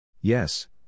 Yes